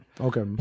Okay